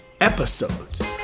episodes